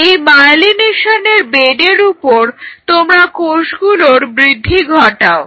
এই মায়েলিনেশনের বেডের উপর তোমরা কোষগুলোর বৃদ্ধি ঘটাও